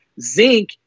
zinc